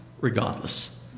regardless